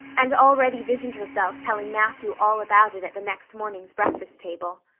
and already visioned herself telling matthew all about it at the next morning's breakfast table.